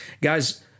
Guys